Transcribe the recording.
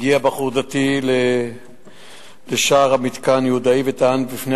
הגיע בחור דתי לשער מתקן יהודאי וטען בפני